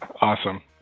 Awesome